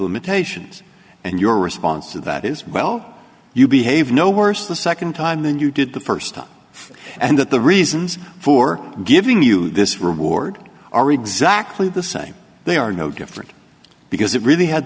limitations and your response to that is well you behave no worse the second time than you did the first time and that the reasons for giving you this reward are exactly the same they are no different because it really ha